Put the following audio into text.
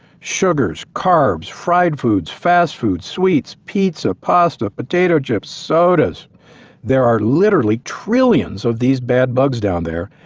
sugars, carbs, fried foods, fast foods sweets, pizza, pasta, potato chips, sodas there are literally trillions of these bad bugs down there,